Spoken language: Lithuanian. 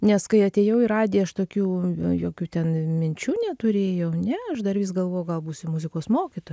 nes kai atėjau į radiją aš tokių jokių ten minčių neturėjau ne aš dar vis galvojau gal būsiu muzikos mokytoja